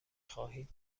خواهید